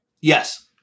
Yes